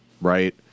right